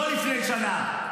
לא לפני שנה.